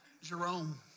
Jerome